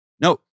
No